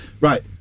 right